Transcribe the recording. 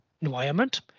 environment